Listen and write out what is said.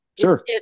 Sure